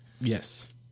Yes